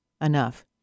enough